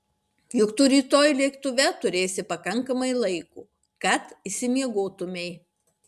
juk tu rytoj lėktuve turėsi pakankamai laiko kad išsimiegotumei